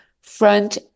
front